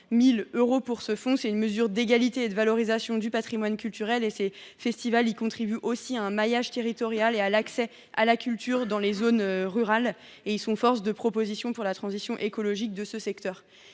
000 euros pour ce fonds. Il s’agit d’une mesure d’égalité et de valorisation du patrimoine culturel. Ces festivals contribuent au maillage territorial et à l’accès à la culture dans les zones rurales. En outre, ils sont force de proposition pour la transition écologique dans le secteur.